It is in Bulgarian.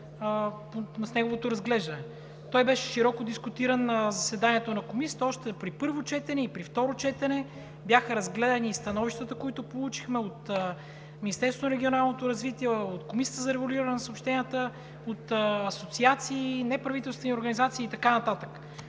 с неговото разглеждане. Той беше широко дискутиран още на заседанието на Комисията при първо и второ четене, бяха разгледани и становищата, които получихме от Министерството на регионалното развитие, от Комисията за регулиране на съобщенията, от асоциации, неправителствени организации и така нататък.